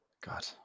God